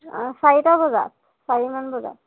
চাৰিটা বজাত চাৰিমান বজাত